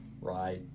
right